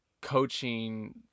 coaching